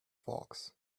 fox